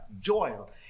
Joel